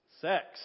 sex